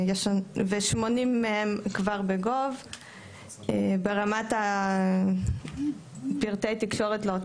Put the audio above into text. ו-80 מהם כבר ב-gov.il ברמת פרטי תקשורת לאותה יחידה.